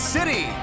City